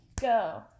Go